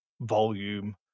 volume